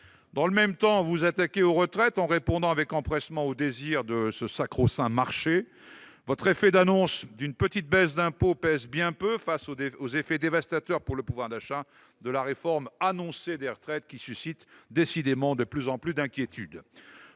Dans le même temps, vous vous attaquez aux retraites en répondant avec empressement aux désirs du sacro-saint marché. Votre effet d'annonce d'une petite baisse d'impôt pèse bien peu face aux conséquences dévastatrices pour le pouvoir d'achat de la réforme annoncée des retraites, qui suscite décidément de plus en plus d'inquiétudes.